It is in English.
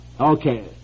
Okay